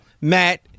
Matt